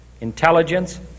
intelligence